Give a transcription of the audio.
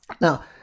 Now